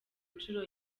nshuro